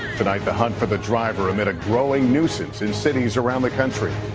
tonight the hunt for the driver amid a growing nuisance in cities around the country.